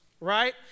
right